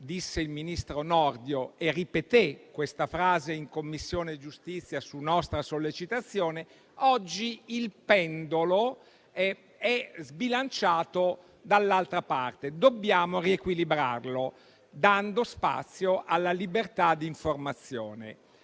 disse il ministro Nordio, che ripeté questa frase in Commissione giustizia su nostra sollecitazione - il pendolo è sbilanciato dall'altra parte e dobbiamo riequilibrarlo, dando spazio alla libertà di informazione.